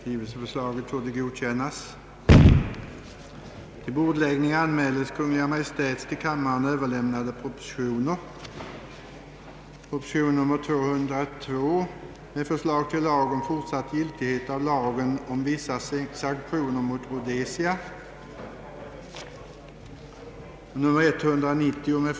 Det plenum som skall hållas fredagen den 20 november har i den preliminära planen upptagits till kl. 10 eller 14. Jag kan nu meddela att sammanträdet i fråga börjar kl. 14 och blir ett bordläggningsplenum.